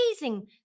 amazing